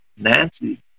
Nancy